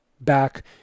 back